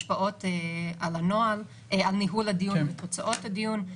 השפעות על ניהול הדיון ותוצאות הדיון,